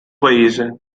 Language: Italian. paese